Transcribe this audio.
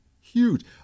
Huge